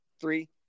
three